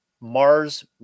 Mars